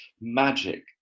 magic